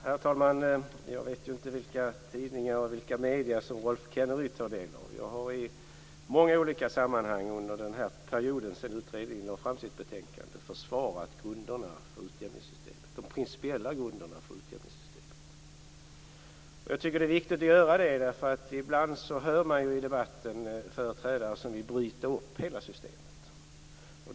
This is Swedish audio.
Herr talman! Jag vet inte vilka tidningar och medier som Rolf Kenneryd tar del av. Jag har i många olika sammanhang sedan utredningen lade fram sitt betänkande försvarat de principiella grunderna för utjämningssystemet. Jag tycker att det är viktigt att göra det, för ibland hör man i debatten företrädare som vill bryta upp hela systemet.